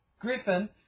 Griffin